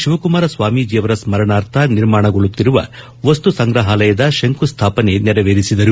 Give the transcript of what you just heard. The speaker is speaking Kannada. ಶಿವಕುಮಾರ ಸ್ನಾಮೀಜಿಯವರ ಸ್ಮರಣಾರ್ಥ ನಿರ್ಮಾಣಗೊಳ್ಳುತ್ತಿರುವ ವಸ್ತು ಸಂಗ್ರಹಾಲಯದ ಶಂಕುಸ್ವಾಪನೆ ನೆರವೇರಿಸಿದರು